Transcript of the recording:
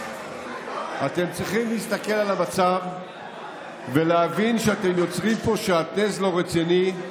אתם צריכים להסתכל על המצב ולהבין שאתם יוצרים פה שעטנז לא רציני,